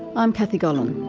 i'm kathy gollan